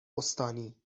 استانی